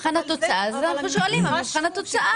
אז אנחנו שואלים על מבחן התוצאה.